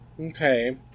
okay